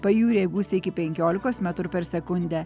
pajūryje gūsiai iki penkiolikos metrų per sekundę